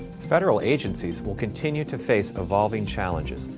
federal agencies will continue to face evolving challenges,